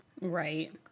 Right